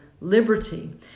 liberty